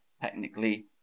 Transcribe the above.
technically